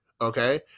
okay